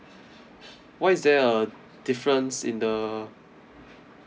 why is there a difference in the